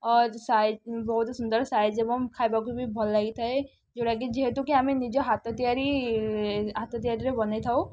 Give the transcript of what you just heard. size ବହୁତ ସୁନ୍ଦର size ଏବଂ ଖାଇବାକୁ ବି ଭଲ ଲାଗିଥାଏ ଯେଉଁଟାକି ଯେହେତୁ କିି ଆମେ ନିଜ ହାତ ତିଆରି ହାତ ତିଆରି ରେ ବନେଇ ଥାଉ